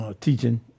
teaching